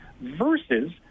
versus